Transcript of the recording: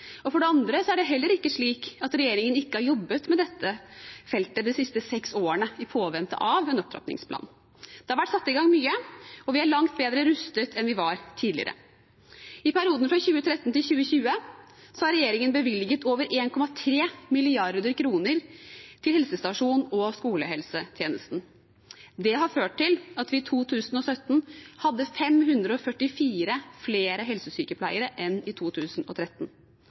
og for det andre er det heller ikke slik at regjeringen ikke har jobbet med dette feltet de siste seks årene i påvente av en opptrappingsplan. Det har vært satt i gang mye, og vi er langt bedre rustet enn vi var tidligere. I perioden fra 2013 til 2020 har regjeringen bevilget over 1,3 mrd. kr til helsestasjoner og skolehelsetjenesten. Det har ført til at vi i 2017 hadde 544 flere helsesykepleiere enn i 2013.